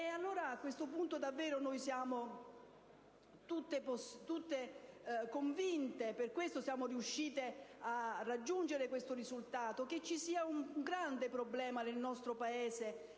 Allora, siamo davvero tutte convinte - per questo siamo riuscite a raggiungere questo risultato - che ci sia un grande problema nel nostro Paese